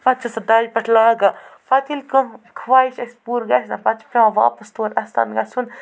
پتہٕ چھِ سُہ تالہِ پٮ۪ٹھ لاگان پتہٕ ییٚلہِ کانٛہہ خواہِش اَسہِ پوٗرٕ گژھِ نا پتہٕ چھِ پٮ۪وان واپَس تور اَستان گژھُن